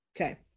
okay